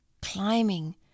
Climbing